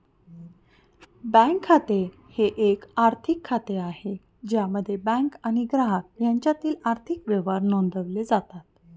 bank खाते हे एक आर्थिक खाते आहे ज्यामध्ये बँक आणि ग्राहक यांच्यातील आर्थिक व्यवहार नोंदवले जातात